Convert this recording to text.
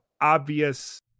obvious